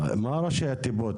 מה ראשי התיבות,